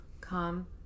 Come